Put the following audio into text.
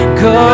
go